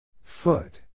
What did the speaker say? Foot